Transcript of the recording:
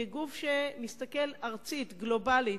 כגוף שמסתכל ארצית, גלובלית,